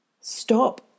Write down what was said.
stop